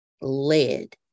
led